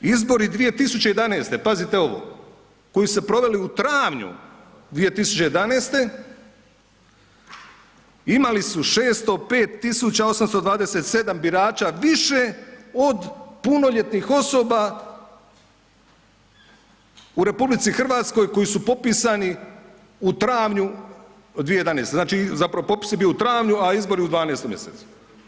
Izbori 2011., pazite ovo koji su se proveli u travnju 2011. imali su 605.827 birača više od punoljetnih osoba u RH koji su popisani u travnju 2011., znači zapravo popis je bio u travnju, a izbori u 12. mjesecu.